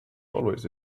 always